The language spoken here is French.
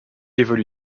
évolue